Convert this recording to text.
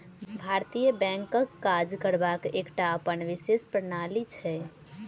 भारतीय बैंकक काज करबाक एकटा अपन विशेष प्रणाली छै